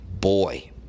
boy